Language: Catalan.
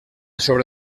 sobre